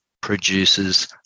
produces